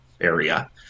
area